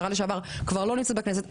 כבר לא נמצאת בכנסת,